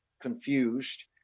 confused